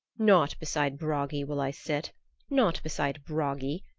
not beside bragi will i sit not beside bragi,